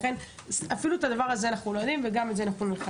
לכן אפילו את הדבר הזה אנחנו לא יודעים וגם את זה אנחנו נחדד.